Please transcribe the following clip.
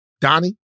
Donnie